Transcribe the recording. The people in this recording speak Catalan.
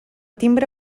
timbre